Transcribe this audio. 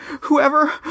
whoever